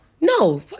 no